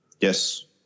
Yes